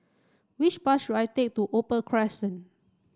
which bus should I take to Opal Crescent